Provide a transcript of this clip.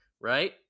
right